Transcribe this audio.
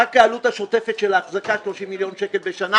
רק העלות השוטפת של האחזקה היא 30 מיליון שקל בשנה,